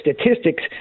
statistics